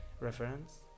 reference